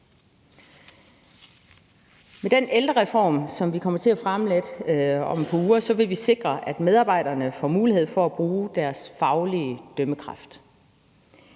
Med den ældrereform, som vi kommer til at fremlægge om et par uger, vil vi sikre, at medarbejderne får mulighed for at bruge deres faglige dømmekraft